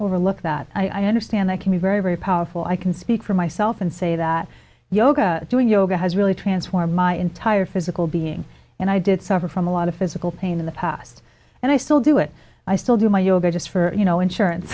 overlook that i understand that can be very very powerful i can speak for myself and say that yoga doing yoga has really transformed my entire physical being and i did suffer from a lot of physical pain in the past and i still do it i still do my yoga just for you know insurance